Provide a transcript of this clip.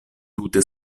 tute